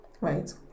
right